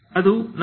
ಅದು ನನ್ನ c1x ct